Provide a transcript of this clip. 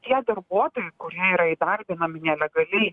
tie darbuotojai kurie yra įdarbinami nelegaliai